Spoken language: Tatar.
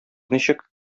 ничек